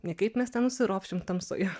nei kaip mes ten užsiropšim tamsoje